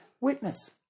witness